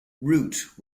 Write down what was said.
root